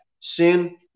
Sin